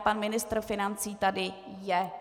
Pan ministr financí tady je.